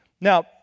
Now